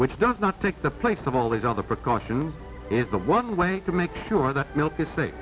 which does not take the place of all these other precaution is the one way to make sure that milk is